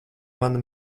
mana